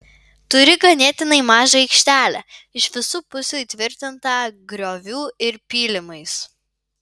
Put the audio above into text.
turi ganėtinai mažą aikštelę iš visų pusių įtvirtintą grioviu ir pylimais